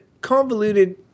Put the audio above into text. convoluted